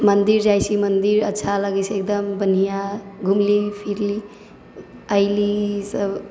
मन्दिर जाइ छी मन्दिर अच्छा लगै छै एकदम बढ़िआँ घुमलि फिरलि अइलि ई सब